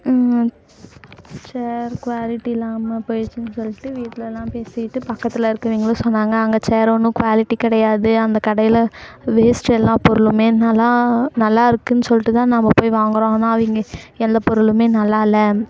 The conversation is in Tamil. சேர் குவாலிட்டி இல்லாமல் போயிடுச்சின்னு சொல்லிட்டு வீட்டில் எல்லாம் பேசிக்கிட்டு பக்கத்தில் இருக்கிறவங்களும் சொன்னாங்க அங்கே சேர் ஒன்றும் குவாலிட்டி கிடையாது அந்த கடையில் வேஸ்ட்டு எல்லாம் பொருளும் நல்லா நல்லா இருக்குதுன்னு சொல்லிட்டு தான் நம்ம போய் வாங்குறோம் ஆனால் அவங்க எந்த பொருளும் நல்லா இல்லை